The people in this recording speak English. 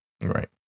Right